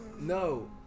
no